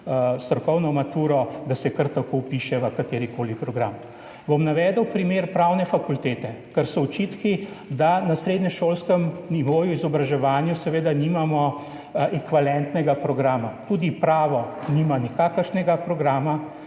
strokovno maturo, kar tako vpiše v kateri koli program. Bom navedel primer Pravne fakultete, ker so očitki, da na srednješolskem nivoju izobraževanja seveda nimamo ekvivalentnega programa. Tudi pravo nima nikakršnega programa,